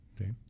Okay